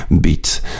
beat